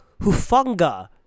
Hufunga